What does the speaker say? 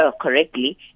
correctly